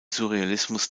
surrealismus